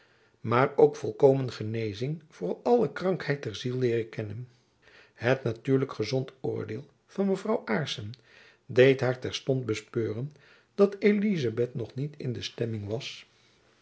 maar ook volkomen genezing voor alle krankheid der ziel leeren zoeken het natuurlijk gezond oordeel van mevrouw aarssen deed haar terstond bespeuren dat elizabeth nog niet in de stemming was